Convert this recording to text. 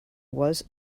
was